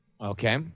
Okay